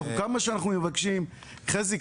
כמה שאנחנו מבקשים חזי,